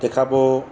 तंहिंखां पोइ